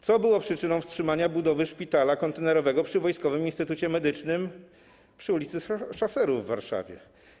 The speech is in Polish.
Co było przyczyną wstrzymania budowy szpitala kontenerowego przy Wojskowym Instytucie Medycznym przy ul. Szaserów w Warszawie?